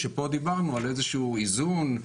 שפה דיברנו על איזשהו איזון,